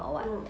mm